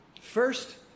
First